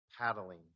paddling